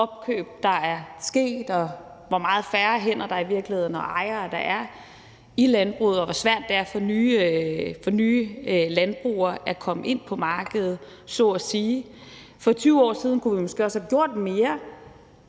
hvor mange færre hænder og ejere der i virkeligheden er i landbruget, og hvor svært det er for nye landbrugere at komme ind på markedet, så at sige. For 20 år siden kunne vi måske også have gjort mere